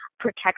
Protect